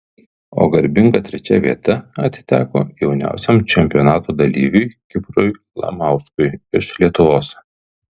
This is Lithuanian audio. o garbinga trečia vieta atiteko jauniausiam čempionato dalyviui kiprui lamauskui iš lietuvos